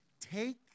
take